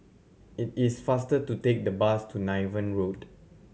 it is faster to take the bus to Niven Road